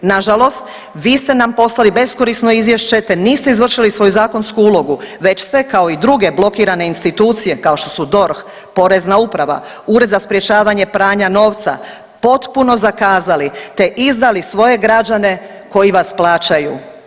Na žalost vi ste nam poslali beskorisno izvješće te niste izvršili svoju zakonsku ulogu već ste kao i druge blokirane institucije kao što su DORH, Porezna uprava, Ured za sprječavanje pranja novca potpuno zakazali te izdali svoje građane koji vas plaćaju.